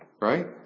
Right